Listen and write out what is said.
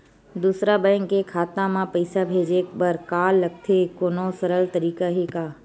दूसरा बैंक के खाता मा पईसा भेजे बर का लगथे कोनो सरल तरीका हे का?